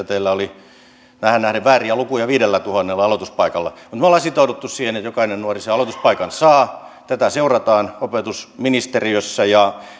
teillä on tähän nähden vääriä lukuja viidellätuhannella aloituspaikalla mutta me olemme sitoutuneet siihen että jokainen nuori sen aloituspaikan saa tätä seurataan opetusministeriössä ja